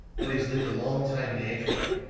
but he's lived a long time in antwerp.